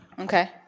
Okay